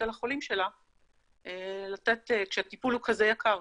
על החולים שלה לתת כשהטיפול הוא כזה יקר.